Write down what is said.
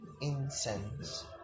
incense